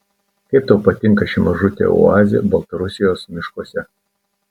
kaip tau patinka ši mažutė oazė baltarusijos miškuose